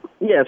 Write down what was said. Yes